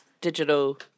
digital